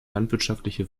landwirtschaftliche